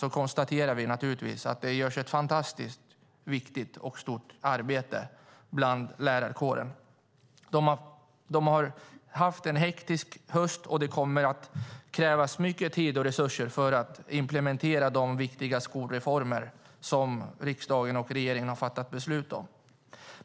Då konstaterar vi naturligtvis att det görs ett fantastiskt viktigt och stort arbete inom lärarkåren. De har haft en hektisk höst, och det kommer att krävas mycket tid och resurser för att implementera de viktiga skolreformer som riksdagen och regeringen har fattat beslut om.